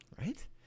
Right